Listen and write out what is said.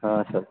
ہاں سر